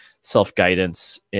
self-guidance